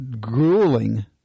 grueling